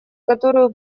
которую